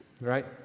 right